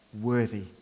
worthy